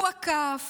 הוא עקף